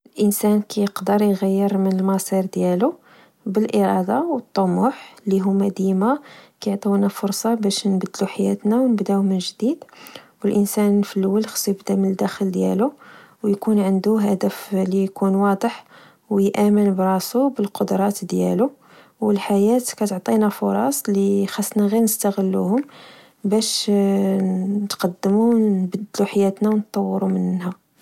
الإنسان كقدر يغير من المصير ديالو بالإرادة و الطموح، اللي هما ديما كيعطيونا فرصة باش نبدلو حياتناونبداو من جديد و الإنسان في الأول خاصو يبدا من الداخل ديالو، ويكون عندو هدف اللي يكون واضح ،ويآمن براسو، وبالقدرات ديالو. و الحياة كتعطينا فرص اللي خاصنا غير نستغلوهم باش نتقدمو و نبدلو حياتنا و نطورو منها